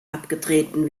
abgetreten